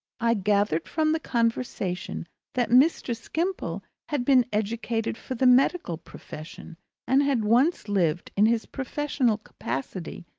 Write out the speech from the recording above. i gathered from the conversation that mr. skimpole had been educated for the medical profession and had once lived, in his professional capacity,